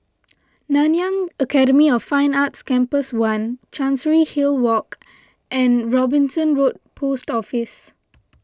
Nanyang Academy of Fine Arts Campus one Chancery Hill Walk and Robinson Road Post Office